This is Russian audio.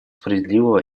справедливого